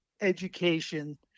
education